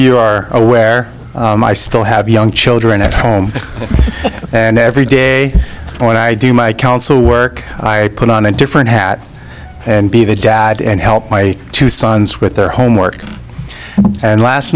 you are aware i still have young children at home and every day when i do my council work i put on a different hat and be the dad and help my two sons with their homework and last